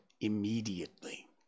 immediately